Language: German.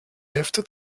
hälfte